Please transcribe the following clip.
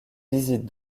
visites